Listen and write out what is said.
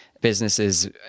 Businesses